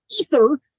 ether